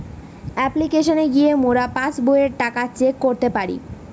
অপ্লিকেশনে গিয়ে মোরা পাস্ বইয়ের টাকা চেক করতে পারি